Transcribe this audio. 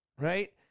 right